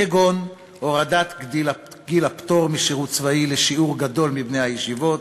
כגון הורדת גיל הפטור משירות צבאי לשיעור גדול מבני הישיבות,